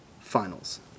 finals